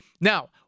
Now